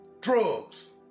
drugs